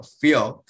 fear